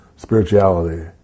spirituality